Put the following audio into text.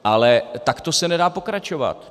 Ale takto se nedá pokračovat.